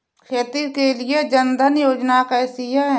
खेती के लिए जन धन योजना कैसी है?